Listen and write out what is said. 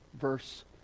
verse